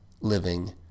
living